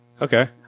Okay